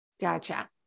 Gotcha